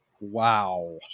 Wow